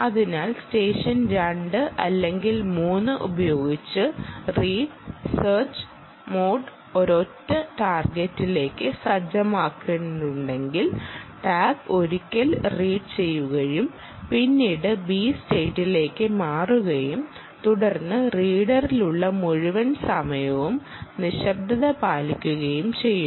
അതിനാൽ സ്റ്റെഷൻ 2 അല്ലെങ്കിൽ 3 ഉപയോഗിച്ച് റീഡർ സെർച്ച് മോഡ് ഒരൊറ്റ ടാർഗെറ്റിലേക്ക് സജ്ജമാക്കിയിട്ടുണ്ടെങ്കിൽ ടാഗ് ഒരിക്കൽ റീഡ് ചെയ്യുകയും പിന്നീട് B സ്റ്റേറ്റിലേക്ക് മാറുകയും തുടർന്ന് റീഡിലുള്ള മുഴുവൻ സമയവും നിശബ്ദത പാലിക്കുകയും ചെയ്യുക